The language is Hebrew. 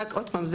רק עוד פעם,